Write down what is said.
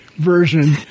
version